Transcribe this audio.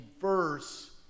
verse